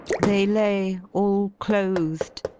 they lay, all clothed.